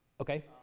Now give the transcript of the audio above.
Okay